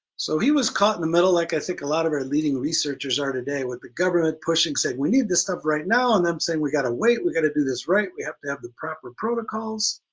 so he was caught in the middle like i think a lot of our leading researchers are today, with the government pushing and saying we need this stuff right now and them saying we gotta wait, we got to do this right, we have to have the proper protocols.